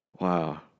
Wow